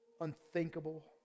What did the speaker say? unthinkable